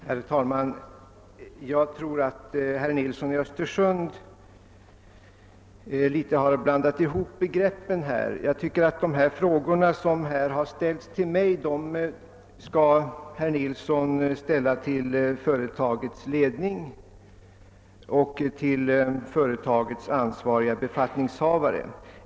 Herr talman! Jag tror att herr Nilsson i Östersund har blandat ihop begreppen en smula. De frågor som han har ställt till mig borde herr Nilsson snarare ställa till företagets ledning och ansvariga befattningshavare.